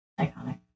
Iconic